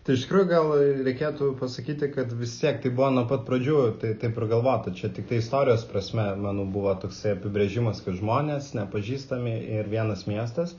tai iš tikrųjų gal reikėtų pasakyti kad vis tiek tai buvo nuo pat pradžių taip ir galvota čia tiktai istorijos prasme mano buvo toksai apibrėžimas kad žmonės nepažįstami ir vienas miestas